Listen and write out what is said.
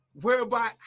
Whereby